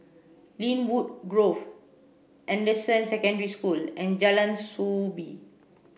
Lynwood Grove Anderson Secondary School and Jalan Soo Bee